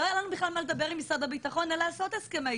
לא היה לנו בכלל על מה לדבר עם משרד הביטחון לעשות הסכמי